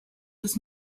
does